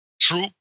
true